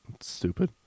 stupid